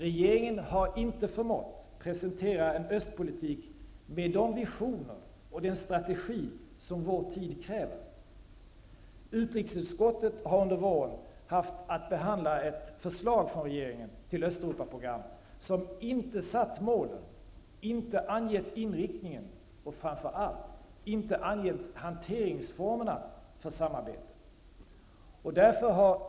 Regeringen har inte förmått presentera en östpolitik med de visioner och den strategi som vår tid kräver. Utrikesutskottet har under våren haft att behandla ett förslag från regeringen till Östeuropaprogram som inte satt målen, inte angett inriktningen och framför allt inte angett hanteringsformerna för samarbetet.